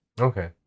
okay